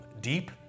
deep